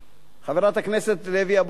חברת הכנסת לוי אבקסיס,